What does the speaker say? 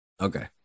Okay